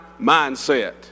mindset